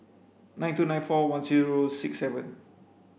nine two nine four one zero six seven